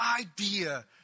idea